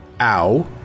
ow